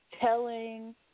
telling